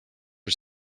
are